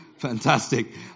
Fantastic